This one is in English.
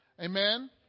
Amen